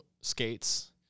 skates